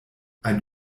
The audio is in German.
ein